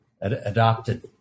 adopted